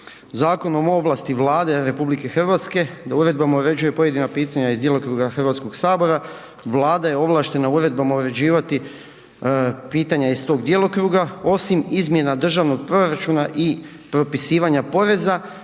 Zakonom o ovlasti Vlade Republike Hrvatske da uredbama uređuje pojedinačna pitanja iz djelokruga Hrvatskoga sabora, Vlada je ovlaštena uredbama uređivati pitanja iz tog djelokruga, osim izmjena državnog proračuna i propisivanja poreza